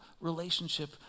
relationship